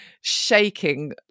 shaking